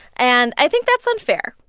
and i think that's unfair.